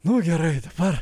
nu gerai dabar